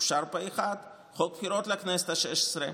אושר פה אחד, חוק הבחירות לכנסת השש-עשרה